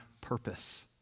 purpose